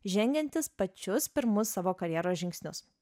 žengiantys pačius pirmus savo karjeros žingsnius